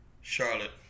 Charlotte